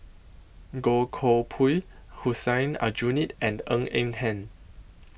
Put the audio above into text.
Goh Koh Pui Hussein Aljunied and Ng Eng Hen